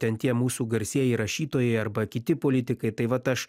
ten tie mūsų garsieji rašytojai arba kiti politikai tai vat aš